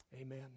Amen